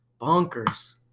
bonkers